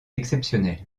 exceptionnelle